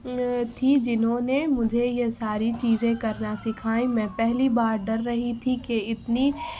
تھیں جنہوں نے مجھے یہ ساری چیزیں کرنا سیکھائیں میں پہلی بار ڈر رہی تھی کہ اتنی